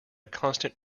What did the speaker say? constant